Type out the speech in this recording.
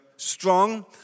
strong